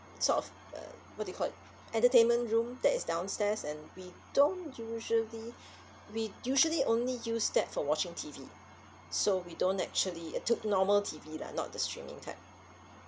sort of uh what they call it entertainment room that is downstairs and we don't usually we usually only use that for watching T_V so we don't actually uh took normal T_V lah not the streaming type